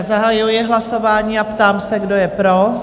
Zahajuji hlasování a ptám se, kdo je pro?